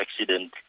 accident